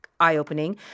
eye-opening